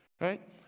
right